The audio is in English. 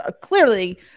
clearly